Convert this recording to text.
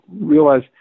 realize